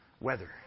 weather